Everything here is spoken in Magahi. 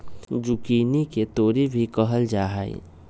जुकिनी के तोरी भी कहल जाहई